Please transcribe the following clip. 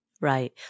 Right